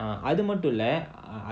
ah அது மட்டுமில்ல